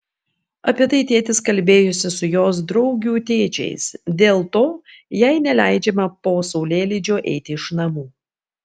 apie tai tėtis kalbėjosi su jos draugių tėčiais dėl to jai neleidžiama po saulėlydžio eiti iš namų